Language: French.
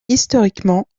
historiquement